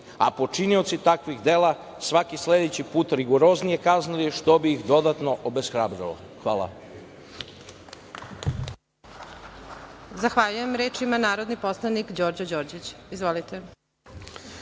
a počinioci takvih dela svaki sledeći put rigoroznije kaznili što bi ih dodatno obeshrabrilo? Hvala